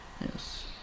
yes